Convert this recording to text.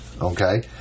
okay